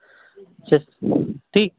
च ठीक